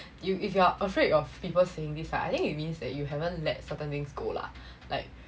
if you are afraid of people saying this ah I think it means that you haven't let certain things go lah like